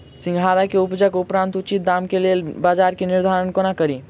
सिंघाड़ा केँ उपजक उपरांत उचित दाम केँ लेल बजार केँ निर्धारण कोना कड़ी?